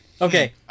Okay